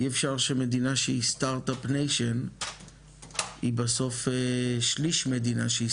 אי אפשר שמדינה שהיא START UP NATION היא בסוף שליש מדינה שהיא